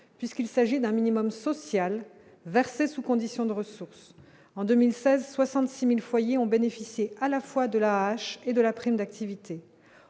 puisqu'il s'agit d'un minimum social, versé sous condition de ressources en 2016 66000 foyers ont bénéficié à la fois de lâche et de la prime d'activité,